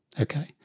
okay